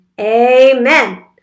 Amen